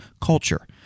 culture